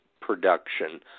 production